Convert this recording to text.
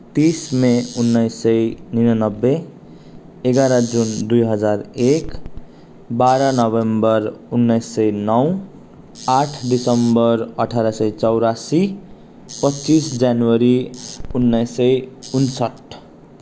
तिस मे उन्नाइस सय निनानब्बे एघार जुन दुई हजार एक बाह्र नोभेम्बर उन्नाइस सय नौ आठ दिसम्बर अठार सय चौरासी पच्चिस जनवरी उन्नाइस सय उन्सठ